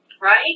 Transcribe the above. Right